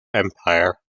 empire